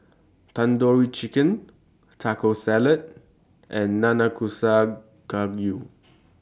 Tandoori Chicken Taco Salad and Nanakusa Gayu